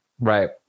Right